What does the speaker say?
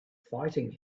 fighting